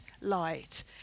light